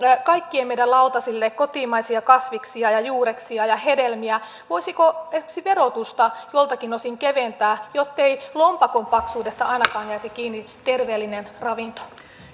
kaikkien meidän lautasillemme kotimaisia kasviksia ja juureksia ja hedelmiä voisiko esimerkiksi verotusta joiltakin osin keventää jottei lompakon paksuudesta ainakaan jäisi kiinni terveellinen ravinto